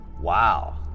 Wow